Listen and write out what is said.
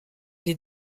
les